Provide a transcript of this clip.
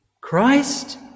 Christ